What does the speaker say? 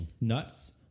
nuts